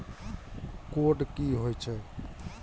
Code की होय छै?